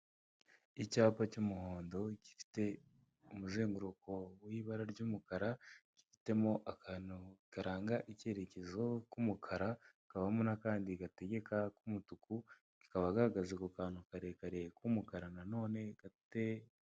Icyapa cy'umuhondo, gifite umuzenguruko w'ibara ry'umukara, gifitemo akantu karanga icyerekezo k'umukara, hakabamo n'akandi gategeka k'umutuku, kakaba gahagaze ku kantu karekare k'umukara na none gafite